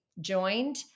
joined